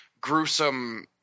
gruesome